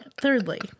Thirdly